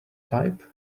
pipe